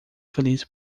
feliz